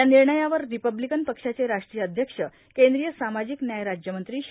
या निर्णयावर रिपब्लिकन पक्षाचे राष्ट्रीय अध्यक्ष केंद्रीय सामाजिक व्याय राज्यमंत्री श्री